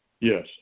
Yes